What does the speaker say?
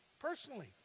personally